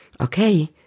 Okay